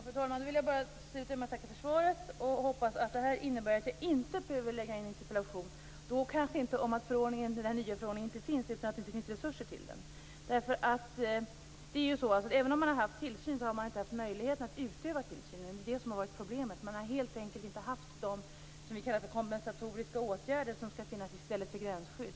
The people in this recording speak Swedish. Fru talman! Jag vill nu bara tacka för svaret och hoppas att detta innebär att jag inte behöver lämna in en ny interpellation, då kanske inte om att den nya förordningen inte genomförts utan om att det inte finns resurser till den. Även om man har haft tillsynsansvar, har man inte haft möjligheten att utöva tillsynen. Problemet har helt enkelt varit att man inte har haft s.k. kompensatoriska åtgärder att sätta in i stället för gränsskydd.